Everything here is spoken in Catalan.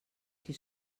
qui